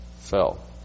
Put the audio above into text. fell